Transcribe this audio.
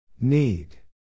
Need